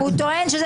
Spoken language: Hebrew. מי נגד?